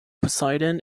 poseidon